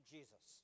Jesus